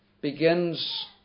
begins